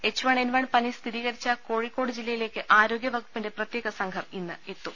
H one N one പനി സ്ഥിരീകരിച്ച കോഴിക്കോട് ജില്ലയിലേക്ക് ആരോഗ്യവകുപ്പിന്റെ പ്രത്യേക സംഘം ഇന്ന് എത്തും